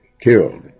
killed